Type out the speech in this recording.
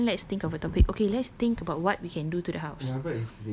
ya okay then let's think of a topic okay let's think about what we can do to the house